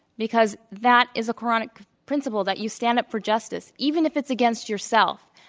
because that is a koranic principle, that you stand up for justice, even if it's against yourself.